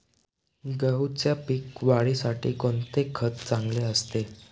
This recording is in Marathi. गहूच्या पीक वाढीसाठी कोणते खत चांगले असते?